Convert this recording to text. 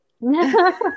No